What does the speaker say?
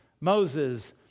Moses